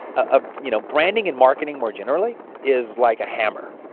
ah you know, branding and marketing more generally is like a hammer.